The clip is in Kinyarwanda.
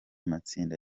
matsinda